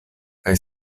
kaj